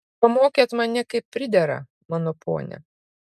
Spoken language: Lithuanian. pamokėt mane kaip pridera mano ponia